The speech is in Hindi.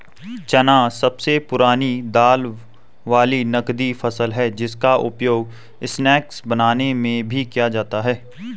चना सबसे पुरानी दाल वाली नगदी फसल है जिसका उपयोग स्नैक्स बनाने में भी किया जाता है